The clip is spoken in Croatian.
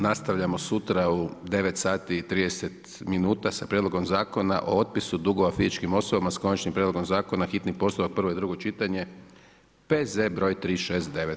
Nastavljamo sutra u 9,30 minuta sa Prijedlogom zakona o otpisu dugova fizičkim osobama sa Konačnim prijedlogom zakona, hitni postupak, prvo i drugo čitanje, P.Z. br. 369.